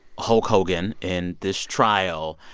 hulk hogan in this trial.